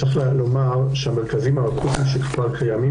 צריך לומר שהמרכזים האקוטיים שכבר קיימים,